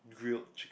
grilled chicken